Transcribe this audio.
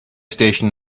station